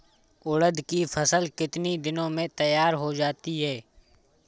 उड़द की फसल कितनी दिनों में तैयार हो जाती है?